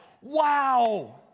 wow